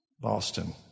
Boston